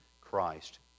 Christ